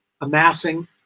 amassing